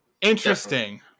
Interesting